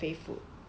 ya lah